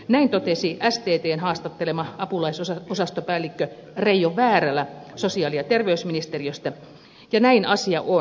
näin totesi sttn haastattelema apulaisosastopäällikkö reijo väärälä sosiaali ja terveysministeriöstä ja näin asia on